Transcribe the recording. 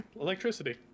electricity